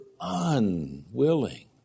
unwilling